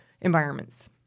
environments